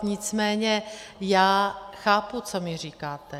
Nicméně já chápu, co mi říkáte.